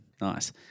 nice